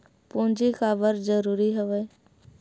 पूंजी काबर जरूरी हवय?